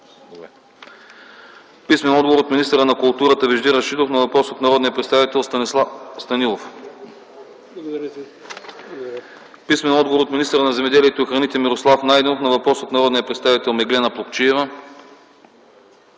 писмен отговор от министъра на културата Вежди Рашидов на въпрос от народния представител Станислав Станилов; - писмен отговор от министъра на земеделието и храните Мирослав Найденов на въпрос от народния представител Меглена Плугчиева;